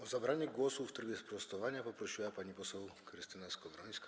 O zabranie głosu w trybie sprostowania poprosiła pani poseł Krystyna Skowrońska.